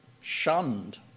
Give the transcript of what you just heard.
shunned